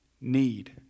need